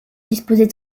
disposer